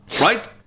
right